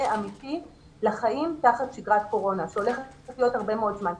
אמיתי לחיים תחת שגרת קורונה שהולכת להיות הרבה מאוד זמן.